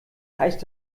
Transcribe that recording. heißt